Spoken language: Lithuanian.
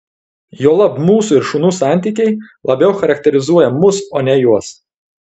juolab mūsų ir šunų santykiai labiau charakterizuoja mus o ne juos